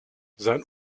sein